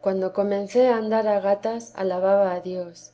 cuando comencé a andar a gatas alababa a dios